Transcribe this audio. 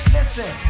Listen